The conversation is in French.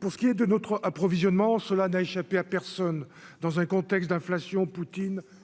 pour ce qui est de notre approvisionnement, cela n'a échappé à personne, dans un contexte d'inflation Poutine